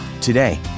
Today